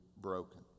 broken